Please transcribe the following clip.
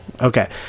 Okay